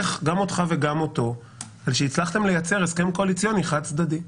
אותך ואותו על שהצלחתם לייצר הסכם קואליציוני חד-צדדי.